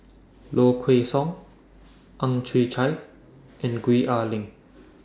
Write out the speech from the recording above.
Low Kway Song Ang Chwee Chai and Gwee Ah Leng